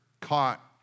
caught